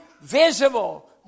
visible